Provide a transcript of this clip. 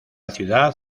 ciudad